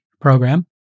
program